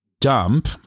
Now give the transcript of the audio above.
dump